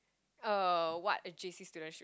uh what a J_C student should